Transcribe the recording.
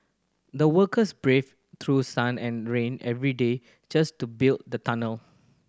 the workers braved through sun and rain every day just to build the tunnel